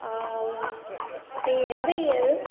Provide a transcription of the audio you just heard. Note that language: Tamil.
நீங்கள் எந்த இயரு